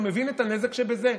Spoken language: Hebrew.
אתה מבין את הנזק שבזה?